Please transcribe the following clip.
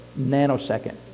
nanosecond